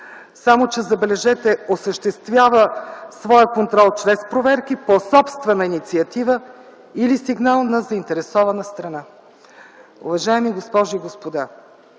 само че, забележете, осъществява своя контрол чрез проверки по собствена инициатива или сигнал на заинтересована страна. Уважаеми госпожи и господа,